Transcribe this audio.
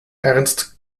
ernst